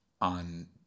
on